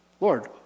Lord